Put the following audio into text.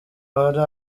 hari